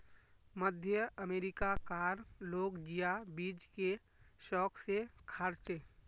मध्य अमेरिका कार लोग जिया बीज के शौक से खार्चे